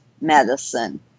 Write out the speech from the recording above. medicine